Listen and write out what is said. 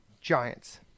Giants